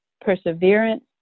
perseverance